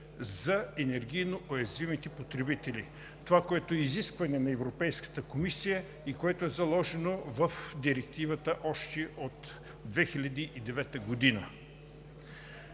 за енергийно уязвимите потребители – това, което е изискване на Европейската комисия и е заложено в Директивата още от 2009 г.